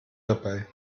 dabei